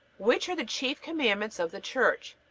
which are the chief commandments of the church?